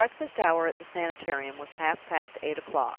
the breakfast hour at the sanitarium was half-past eight o'clock.